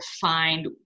find